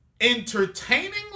entertainingly